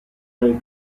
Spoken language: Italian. del